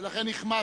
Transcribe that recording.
ולכן החמצתי.